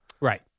Right